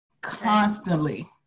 constantly